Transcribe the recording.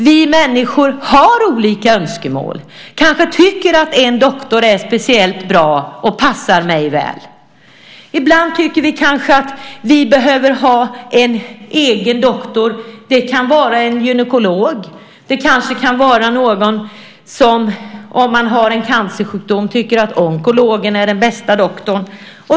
Vi människor har olika önskemål - jag kanske tycker att en doktor är speciellt bra och passar mig väl. Ibland tycker vi kanske att vi behöver ha en egen doktor. Det kan vara en gynekolog. Om man har en cancersjukdom tycker man kanske att onkologen är den bästa doktorn.